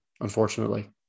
unfortunately